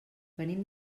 venim